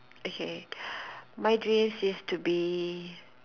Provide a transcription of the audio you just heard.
okay my dreams is to be